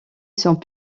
sont